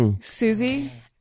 Susie